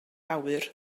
awyr